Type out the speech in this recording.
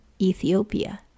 Ethiopia